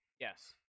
Yes